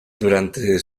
durante